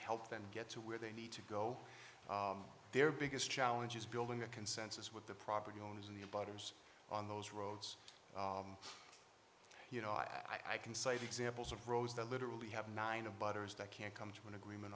help them get to where they need to go their biggest challenge is building a consensus with the property owners in the butter's on those roads you know i can cite examples of roads that literally have nine of butters that can't come to an agreement